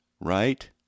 Right